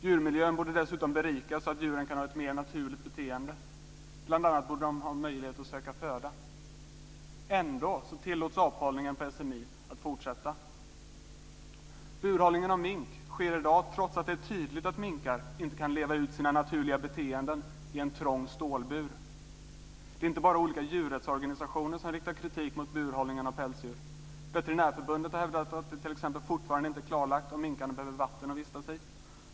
Djurmiljön borde dessutom berikas, så att djuren kan ha ett mer naturligt beteende, bl.a. borde de ha möjlighet att söka föda. Ändå tillåts aphållningen på SMI att fortsätta. Burhållning av mink sker i dag, trots att det är tydligt att minkar inte kan leva ut sina naturliga beteenden i en trång stålbur. Det är inte bara olika djurrättsorganisationer som riktar kritik mot burhållningen av pälsdjur. Veterinärförbundet har hävdat att det t.ex. fortfarande inte är klarlagt om minkarna behöver vatten att vistas i.